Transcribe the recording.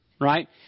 right